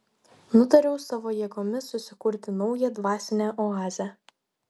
nutariau savo jėgomis susikurti naują dvasinę oazę